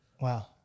Wow